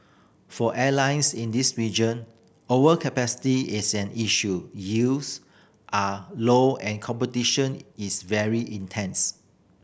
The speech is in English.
for airlines in this region overcapacity is an issue yields are low and competition is very intense